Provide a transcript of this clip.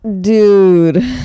dude